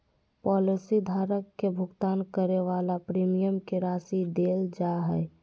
policy धारक के भुगतान करे वाला प्रीमियम के राशि देल जा हइ